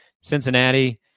Cincinnati